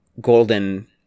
golden